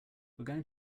going